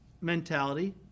mentality